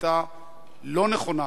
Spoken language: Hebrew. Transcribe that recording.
היתה לא נכונה.